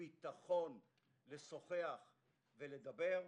ביטחון לשוחח ולדבר.